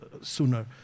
sooner